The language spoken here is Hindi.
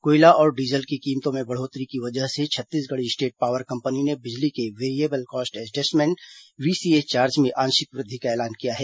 कोयला और डीजल की कीमतों में बढ़ोत्तरी की वजह से छत्तीसगढ़ स्टेट पावर कंपनी ने बिजली के variable cost adjustment VCA charge में आंशिक वृद्धि का ऐलान किया है